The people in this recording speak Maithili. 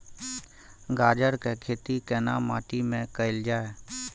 गाजर के खेती केना माटी में कैल जाए?